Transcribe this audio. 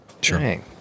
Sure